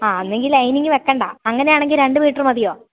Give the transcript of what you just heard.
ആ അലെങ്കിൽ ലൈനിങ് വയ്ക്കേണ്ട അങ്ങനെ ആണെങ്കിൽ രണ്ട് മീറ്റർ മതിയോ